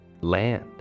land